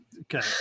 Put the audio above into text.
Okay